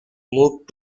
moved